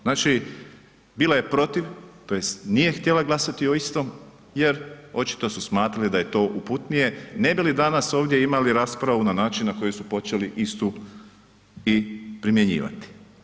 Znači bila je protiv, tj. nije htjela glasati o istom jer očito su smatrali da je to uputnije ne bi li danas ovdje imali raspravu na način na koji su počeli istu i primjenjivati.